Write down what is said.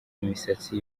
imisatsi